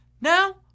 Now